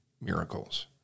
miracles